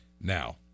now